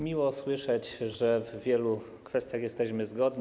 Miło słyszeć, że w wielu kwestiach jesteśmy zgodni.